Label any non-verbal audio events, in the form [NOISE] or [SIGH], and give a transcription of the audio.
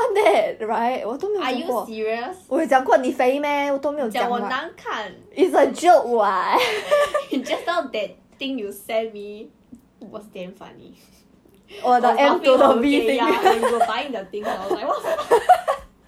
cliff [LAUGHS] what what never mind never mind when school reopen right you just keep coming to me like 你一直来一直来一直来 after that I think cause cause me and cliff same clique [what]